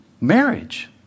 marriage